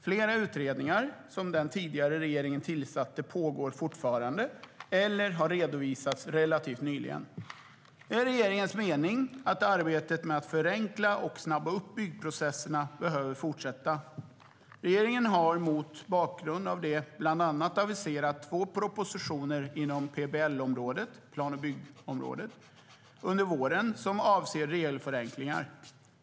Flera utredningar som den tidigare regeringen tillsatte pågår fortfarande eller har redovisats relativt nyligen. Det är regeringens mening att arbetet med att förenkla och snabba upp byggprocesserna behöver fortsätta. Regeringen har mot bakgrund av det bland annat aviserat två propositioner inom PBL-området, plan och byggområdet, under våren som avser regelförenklingar.